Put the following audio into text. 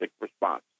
response